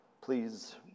Please